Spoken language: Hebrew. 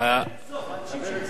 אנשים שנמצאים פה כל הזמן,